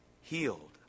healed